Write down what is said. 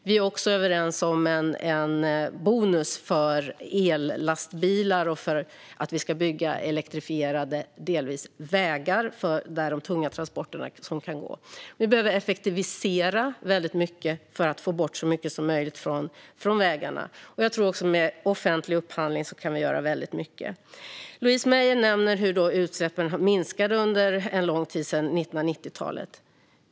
Vi är också överens om en bonus för ellastbilar och att vi ska bygga delvis elektrifierade vägar där de tunga transporterna kan gå. Vi behöver effektivisera väldigt mycket för att få bort så mycket som möjligt från vägarna. Jag tror också att vi kan göra väldigt mycket med offentlig upphandling. Louise Meijer nämner hur utsläppen minskade under en lång tid från 1990-talet.